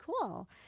cool